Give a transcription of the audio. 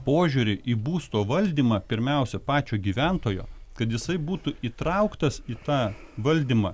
požiūrį į būsto valdymą pirmiausia pačio gyventojo kad jisai būtų įtrauktas į tą valdymą